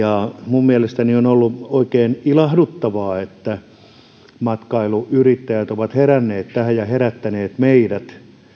minun mielestäni on ollut oikein ilahduttavaa että matkailuyrittäjät ovat heränneet tähän ja herättäneet meidät